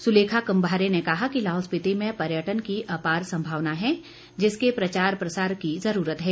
सुलेखा कुम्मारे ने कहा कि लाहौल स्पीति में पर्यटन की अपार संभावना है जिसके प्रचार प्रसार की जरूरत है